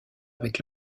avec